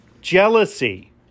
jealousy